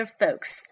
folks